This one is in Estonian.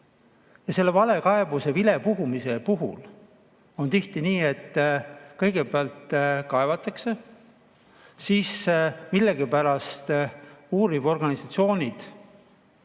teema. Valekaebuse, vilepuhumise puhul on tihti nii, et kõigepealt kaevatakse, siis millegipärast uurivad organisatsioonid